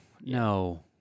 No